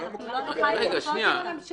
כי אנחנו לא נוכל למפות אותם.